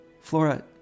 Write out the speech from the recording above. Flora